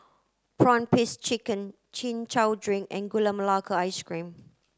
prawn paste chicken chin chow drink and Gula Melaka ice cream